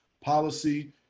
policy